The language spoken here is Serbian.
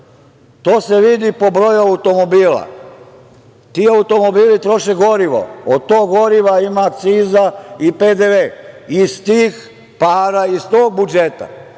se vidi i po broju automobila. Ti automobili troše gorivo. Od tog goriva ima akciza i PDV. Iz tih para i iz tog budžeta